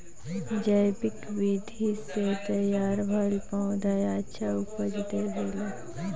जैविक विधि से तैयार भईल पौधा अच्छा उपज देबेला